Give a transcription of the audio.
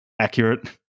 accurate